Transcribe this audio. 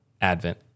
Advent